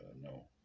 no